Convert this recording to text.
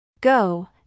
Go